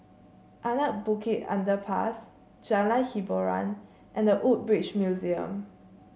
Anak Bukit Underpass Jalan Hiboran and The Woodbridge Museum